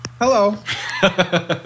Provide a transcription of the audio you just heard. Hello